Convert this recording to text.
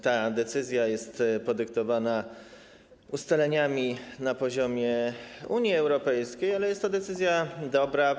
Ta decyzja jest podyktowana ustaleniami na poziomie Unii Europejskiej, ale jest to decyzja dobra.